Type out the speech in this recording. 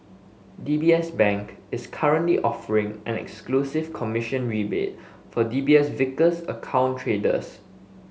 D B S Bank is currently offering an exclusive commission rebate for D B S Vickers account traders